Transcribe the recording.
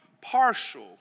partial